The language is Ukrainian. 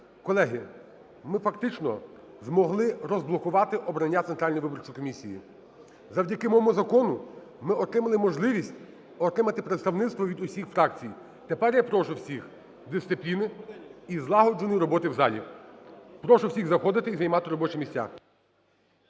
Колеги, ми фактично змогли розблокувати обрання Центральної виборчої комісії. Завдяки моєму закону ми отримали можливість отримати представництво від всіх фракцій. Тепер я прошу всіх дисципліни і злагодженої роботи в залі. Прошу всіх заходити і займати робочі місця.